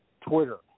Twitter